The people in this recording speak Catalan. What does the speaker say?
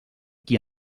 qui